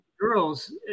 girls